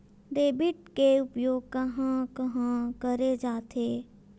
Debit के उपयोग कहां कहा करे जाथे?